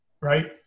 right